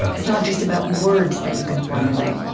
it's not just about words that you can formulate